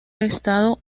estado